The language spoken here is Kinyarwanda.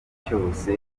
cyose